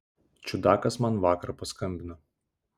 čiudakas man vakar paskambino